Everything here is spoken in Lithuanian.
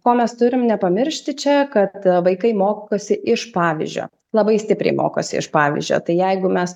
ko mes turim nepamiršti čia kad vaikai mokosi iš pavyzdžio labai stipriai mokosi iš pavyzdžio tai jeigu mes